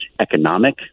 economic